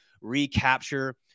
recapture